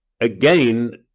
again